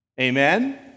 Amen